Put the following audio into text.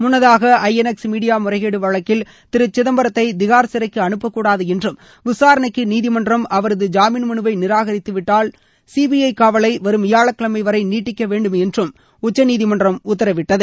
முன்னதாக INX media முறைகேடு வழக்கில் திரு சிதம்பரத்தை திகார் சிறைக்கு அனுப்பக்கூடாது என்றும் விசாரணை நீதிமன்றம் அவரது ஜாமீன் மனுவை நிராகரித்துவிட்டால் சிபிஐ காவலை வரும் வியாழக்கிழமை வரை நீட்டிக்க வேண்டும் என்றும் உச்சநீதிமன்றம் உத்தரவிட்டது